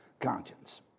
conscience